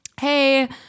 hey